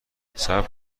صبر